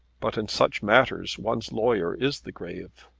but in such matters one's lawyer is the grave.